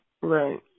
Right